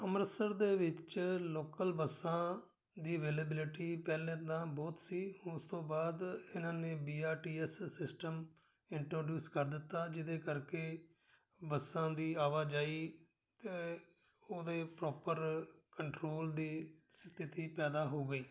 ਅੰਮ੍ਰਿਤਸਰ ਦੇ ਵਿੱਚ ਲੋਕਲ ਬੱਸਾਂ ਦੀ ਅਵੇਲੇਬਿਲਿਟੀ ਪਹਿਲਾਂ ਤਾਂ ਬਹੁਤ ਸੀ ਉਸ ਤੋਂ ਬਾਅਦ ਇਹਨਾਂ ਨੇ B R T S system introduce ਕਰ ਦਿੱਤਾ ਜਿਹਦੇ ਕਰਕੇ ਬੱਸਾਂ ਦੀ ਆਵਾਜਾਈ ਉਹਦੇ ਪ੍ਰੋਪਰ ਕੰਟਰੋਲ ਦੀ ਸਥਿੱਤੀ ਪੈਦਾ ਹੋ ਗਈ